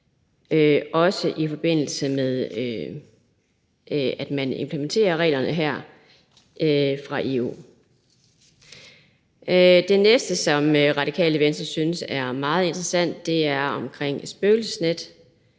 også i forbindelse med at man implementerer reglerne her fra EU. Det næste, som Radikale Venstre synes er meget interessant, handler om spøgelsesnet,